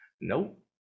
nope